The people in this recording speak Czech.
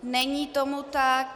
Není tomu tak.